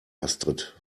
astrid